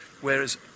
Whereas